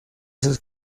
sus